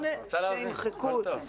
ו-(2א8), שימחקו אותן.